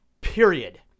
period